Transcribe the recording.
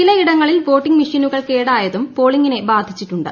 ചിലയിടങ്ങളിൽ വോട്ടിങ്ങ് മെഷീനുകൾ കേടായതും പോളിങ്ങിനെ ബാധിച്ചിട്ടുണ്ട്